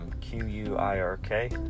Q-U-I-R-K